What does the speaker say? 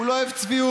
הוא לא אוהב צביעות.